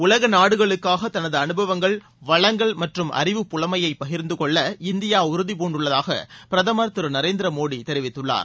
உலகநாடுகளுக்காகதனதுஅனுபவங்கள் வளங்கள் அறிவுப்புலமையைபகிர்ந்துகொள்ள மற்றும் இந்தியாஉறுதிபூண்டுள்ளதாகபிரதமர் திருநரேந்திரமோடிதெரிவித்துள்ளார்